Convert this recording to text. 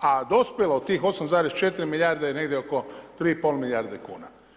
a dospjelo od tih 8,4 milijarde je negdje oko 3,5 milijarde kn.